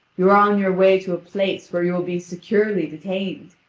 you are on your way to a place where you will be securely detained,